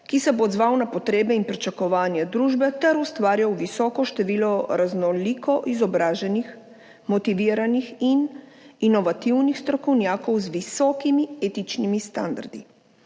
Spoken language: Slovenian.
ki se bo odzval na potrebe in pričakovanja družbe ter bo ustvarjal visoko število raznoliko izobraženih, motiviranih in inovativnih strokovnjakov z visokimi etičnimi standardi.